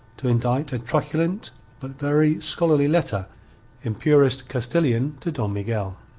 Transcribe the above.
to indite a truculent but very scholarly letter in purest castilian to don miguel.